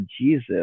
Jesus